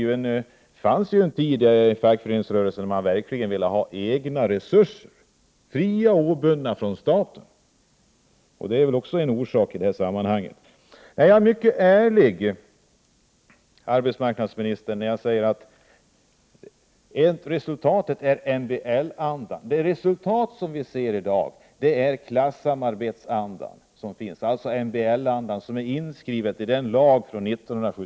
Det fanns en tid när fackföreningsrörelsen verkligen ville ha egna resurser, icke bundna till staten. Jag är mycket ärlig, arbetsmarknadsministern, när jag säger att denna utveckling är resultatet av MBL och klassamarbetsandan i den år 1976 antagna medbestämmandelagen.